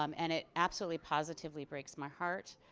um and it absolutely positively breaks my heart.